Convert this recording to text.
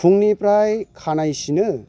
फुंनिफ्राइ खानाय सिनो